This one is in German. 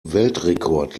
weltrekord